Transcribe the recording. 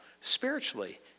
Spiritually